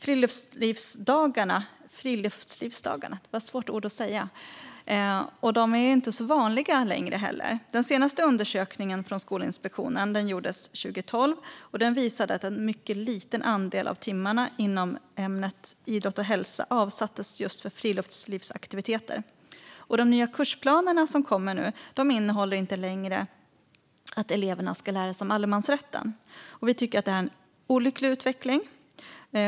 Friluftslivsdagarna är inte så vanliga längre. Den senaste undersökningen från Skolinspektionen gjordes 2012, och den visade att en mycket liten andel av timmarna inom ämnet idrott och hälsa avsattes för friluftslivsaktiviteter. Och de nya kursplanerna som kommer nu anger inte längre att eleverna ska lära sig om allemansrätten. Vi tycker att detta är en olycklig utveckling.